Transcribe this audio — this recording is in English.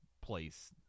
place